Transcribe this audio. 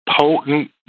potent